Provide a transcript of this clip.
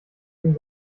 den